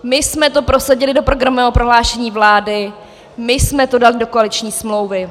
My jsme to prosadili do programového prohlášení vlády, my jsme to dali do koaliční smlouvy...